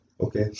Okay